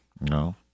No